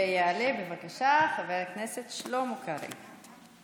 יעלה, בבקשה, חבר הכנסת שלמה קרעי.